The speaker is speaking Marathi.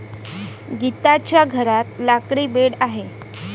गीताच्या घरात लाकडी बेड आहे